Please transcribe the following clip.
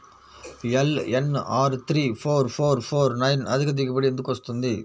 LNR three four four four nine అధిక దిగుబడి ఎందుకు వస్తుంది?